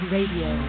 Radio